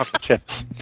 chips